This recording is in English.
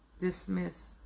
dismiss